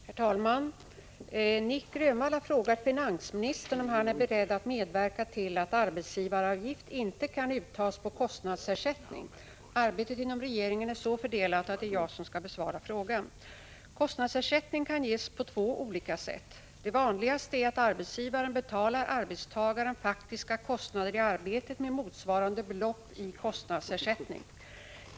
Herr talman! Nic Grönvall har frågat finansministern om han är beredd att medverka till att arbetsgivaravgift inte kan uttas på kostnadsersättning. Arbetet inom regeringen är så fördelat att det är jag som skall besvara frågan. Kostnadsersättning kan ges på två olika sätt. Det vanligaste är att arbetsgivaren betalar arbetstagaren faktiska kostnader i arbetet med motsvarande belopp i kostnadsersättning.